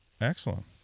Excellent